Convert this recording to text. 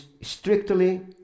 strictly